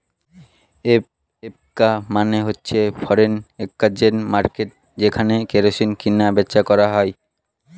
FX মানে হচ্ছে foreign exchange মার্কেটকে যেখানে কারেন্সি কিনা বেচা করা হয়